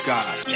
God